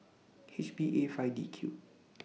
H B A five D Q